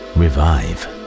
revive